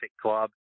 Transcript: club